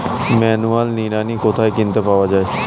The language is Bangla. ম্যানুয়াল নিড়ানি কোথায় কিনতে পাওয়া যায়?